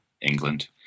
England